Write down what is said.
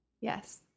Yes